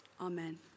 Amen